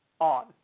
on